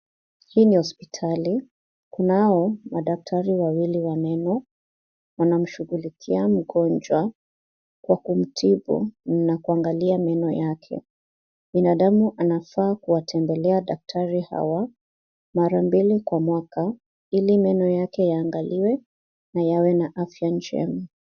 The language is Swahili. Hii ni hospitali. Kunao madaktari wawili wa meno, wanamshughulikia mgonjwa kwa kumtibu na kuangalia meno yake. Binadamu anafaa kuwatembelea daktari hawa, mara mbili kwa mwaka, ili meno yake yaangaliwe, na yawe na afya njema.